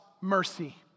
mercy